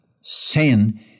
Sin